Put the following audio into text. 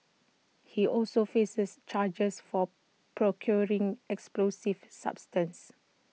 he also faces charges for procuring explosive substances